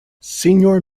senior